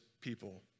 people